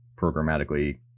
programmatically